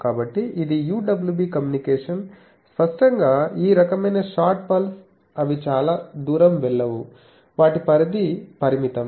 కాబట్టి ఇది UWB communication స్పష్టంగా ఈ రకమైన షార్ట్ పల్స్ అవి చాలా దూరం వెళ్ళవు వాటి పరిధి పరిమితం